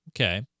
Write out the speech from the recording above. Okay